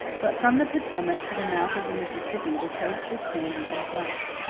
but from the potomac to the mouth of the mississippi the coast is sandy and flat.